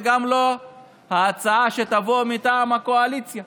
וגם לא ההצעה שתבוא מטעם הקואליציה.